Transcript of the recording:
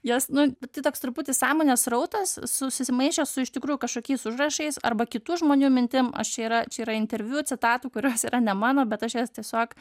jos nu tai toks truputį sąmonės srautas susimaišęs su iš tikrųjų kažkokiais užrašais arba kitų žmonių mintim aš čia yra čia yra interviu citatų kurios yra ne mano bet aš jas tiesiog